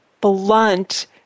blunt